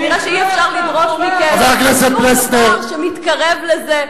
כנראה אי-אפשר לדרוש מכם שום דבר שמתקרב לזה.